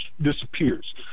disappears